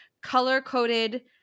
color-coded